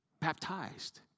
Baptized